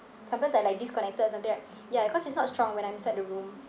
sometimes I like disconnected or something right ya cause it's not strong when I'm inside the room